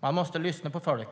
Man måste lyssna på folk,